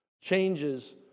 changes